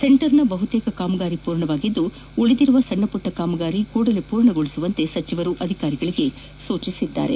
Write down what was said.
ಸೆಂಟರ್ನ ಬಹುತೇಕ ಕಾಮಗಾರಿಗಳು ಪೂರ್ಣವಾಗಿದ್ದು ಉಳಿದಿರುವ ಸಣ್ಣಮಟ್ಟ ಕಾಮಗಾರಿಗಳನ್ನು ಕೂಡಲೇ ಪೂರ್ಣಗೊಳಿಸುವಂತೆ ಸಚಿವರು ಅಧಿಕಾರಿಗಳಿಗೆ ಸೂಚಿಸಿದ್ದಾರೆ